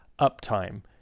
uptime